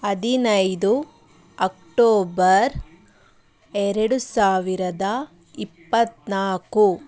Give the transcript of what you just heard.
ಹದಿನೈದು ಅಕ್ಟೋಬರ್ ಎರಡು ಸಾವಿರದ ಇಪ್ಪತ್ತ್ನಾಲ್ಕು